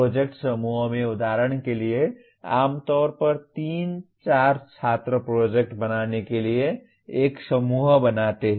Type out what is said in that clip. projects समूहों में उदाहरण के लिए आम तौर पर 3 4 छात्र प्रोजेक्ट बनाने के लिए एक समूह बनाते हैं